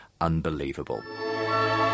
unbelievable